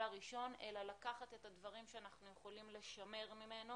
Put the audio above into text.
הראשון אלא לקחת את הדברים שאנחנו יכולים לשמר ממנו